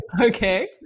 okay